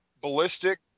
Ballistic